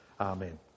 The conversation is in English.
Amen